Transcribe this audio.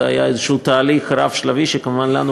זה היה איזה תהליך רב-שלבי שכמובן לנו,